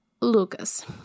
lucas